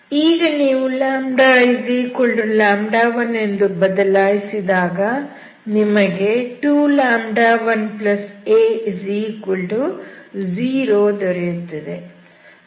ಈಗ ನೀವು λ1 ಎಂದು ಬದಲಾಯಿಸಿದಾಗ ನಿಮಗೆ 21a0 ದೊರೆಯುತ್ತದೆ